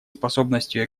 способностью